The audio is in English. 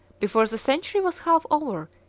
before the century was half over,